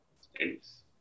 space